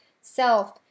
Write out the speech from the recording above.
self